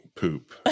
poop